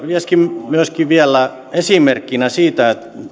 myöskin myöskin vielä esimerkkinä siitä